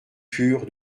pure